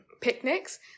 picnics